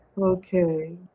Okay